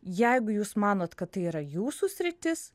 jeigu jūs manot kad tai yra jūsų sritis